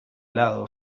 lado